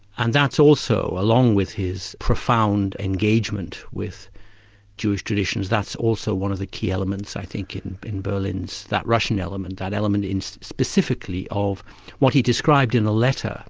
and that's also, along with his profound engagement with jewish traditions, that's also one of the key elements i think in in berlin's that russian element, that element so specifically of what he described in a letter